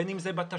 בין אם זה בתשתיות.